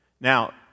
Now